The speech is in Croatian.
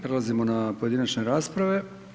Prelazimo na pojedinačne rasprave.